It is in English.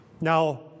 Now